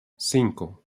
cinco